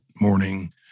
morning